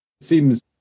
seems